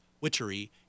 Witchery